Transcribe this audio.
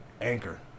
anchor